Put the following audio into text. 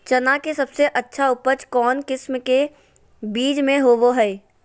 चना के सबसे अच्छा उपज कौन किस्म के बीच में होबो हय?